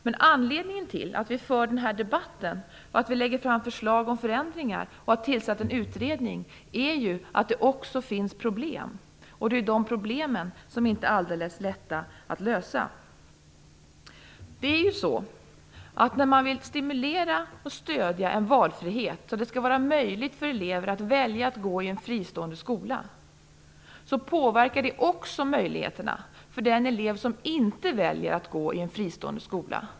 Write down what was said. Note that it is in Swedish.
Men anledningen till att vi för denna debatt, lägger fram förslag om förändringar och har tillsatt en utredning är ju att det också finns problem. Det är de problemen som inte är alldeles lätta att lösa. När man vill stimulera och stödja en valfrihet och att det skall vara möjligt för elever att välja att gå i en fristående skola påverkar det också möjligheterna för den elev som inte väljer att gå i en fristående skola.